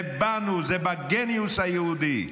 זה בנו, זה בגניוס היהודי.